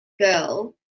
girl